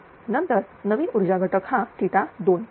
नंतर नवीन ऊर्जा घटक हा 2